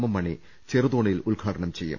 M Mani ചെറു തോണിയിൽ ഉദ്ഘാടനം ചെയ്യും